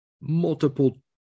multiple